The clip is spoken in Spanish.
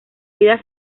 vida